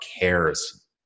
cares